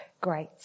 great